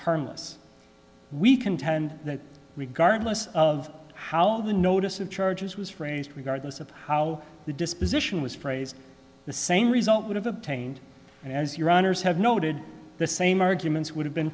harmless we contend that regardless of how the notice of charges was phrased regardless of how the disposition was phrased the same result would have obtained as your honour's have noted the same arguments would have been